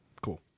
cool